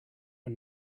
one